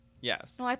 Yes